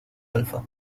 alfa